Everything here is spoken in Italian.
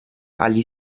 agli